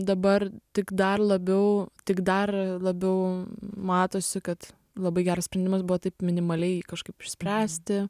dabar tik dar labiau tik dar labiau matosi kad labai geras sprendimas buvo taip minimaliai kažkaip išspręsti